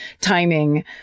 timing